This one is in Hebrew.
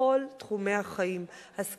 בכל תחומי החיים: השכלה,